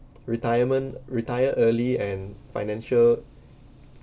retirement retire early and financial